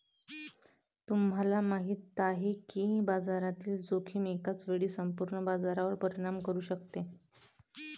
तुम्हाला माहिती आहे का की बाजारातील जोखीम एकाच वेळी संपूर्ण बाजारावर परिणाम करू शकते?